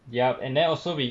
yup and then also we